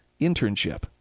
internship